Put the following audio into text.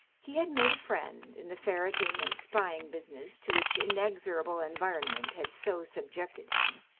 he had made a friend, in the ferreting and spying business to which inexorable environment had so subjected him.